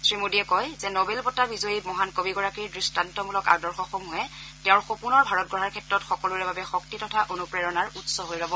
শ্ৰীমোদীয়ে কয় যে নবেল বঁটা বিজয়ী মহান কবিগৰাকীৰ দৃষ্টান্তমূলক আদৰ্শসমূহে তেওঁৰ সপোনৰ ভাৰত গঢ়াৰ ক্ষেত্ৰত সকলোৰে বাবে শক্তি তথা অনুপ্ৰেৰণাৰ উৎস হৈ ৰব